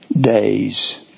days